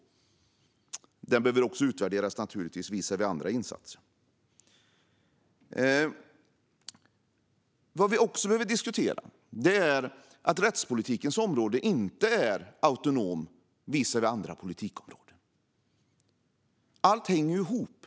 Denna satsning behöver naturligtvis också utvärderas visavi andra insatser. Vi behöver också diskutera att rättspolitikens områden inte är autonoma i förhållande till andra politikområden. Allt hänger ihop.